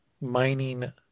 mining